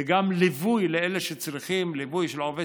וגם ליווי לאלה שצריכים ליווי של עובד